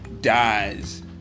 dies